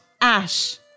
Ash